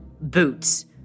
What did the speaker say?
Boots